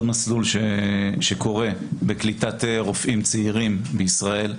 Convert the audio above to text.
מסלול שקורה בקליטת רופאים צעירים בישראל.